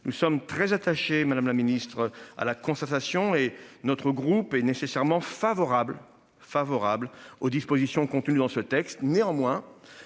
Nous sommes très attachés. Madame la Ministre à la concertation et notre groupe est nécessairement favorable, favorable aux dispositions contenues dans ce texte néanmoins